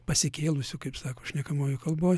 pasikėlusiu kaip sako šnekamojoj kalboj